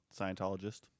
Scientologist